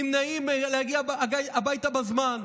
נמנעים מלהגיע הביתה בזמן,